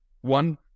one